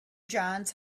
johns